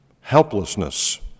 helplessness